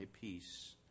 peace